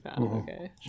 Okay